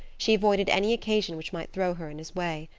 she avoided any occasion which might throw her in his way.